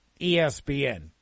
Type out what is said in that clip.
ESPN